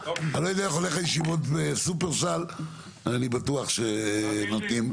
אם הייתי יודע שאתה משופרסל הייתי אומר לך לא,